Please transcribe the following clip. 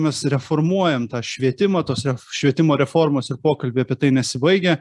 mes reformuojam tą švietimą tos švietimo reformos ir pokalbį apie tai nesibaigia